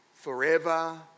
forever